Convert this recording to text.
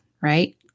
Right